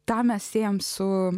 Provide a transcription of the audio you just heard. ką mes siejame su